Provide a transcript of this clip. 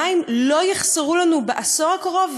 המים לא יחסרו לנו בעשור הקרוב,